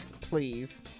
Please